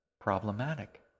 problematic